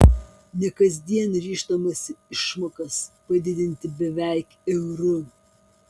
ne kasdien ryžtamasi išmokas padidinti beveik euru